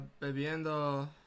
bebiendo